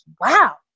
wow